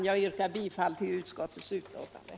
Jag yrkar bifall till utskottets hemställan.